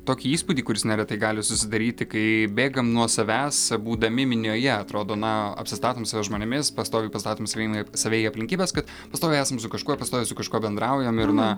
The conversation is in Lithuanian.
tokį įspūdį kuris neretai gali susidaryti kai bėgam nuo savęs būdami minioje atrodo na apsistatom save žmonėmis pastoviai pastatom save į n save į aplinkybes kad pastoviai esam su kažkuo pastoviai su kažkuo bendraujam ir na